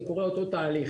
- קורה אותו תהליך.